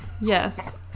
Yes